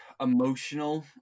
emotional